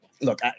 Look